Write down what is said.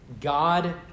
God